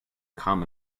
common